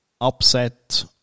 upset